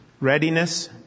Readiness